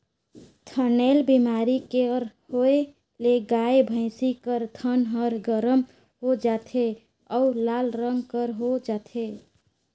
थनैल बेमारी कर होए ले गाय, भइसी कर थन ह गरम हो जाथे अउ लाल रंग कर हो जाथे